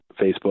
Facebook